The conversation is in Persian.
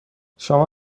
شما